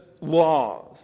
laws